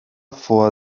vor